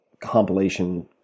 compilation